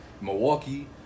Milwaukee